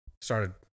started